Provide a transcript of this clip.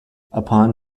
upon